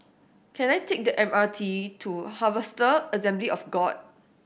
can I take the M R T to Harvester Assembly of God